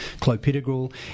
clopidogrel